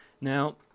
Now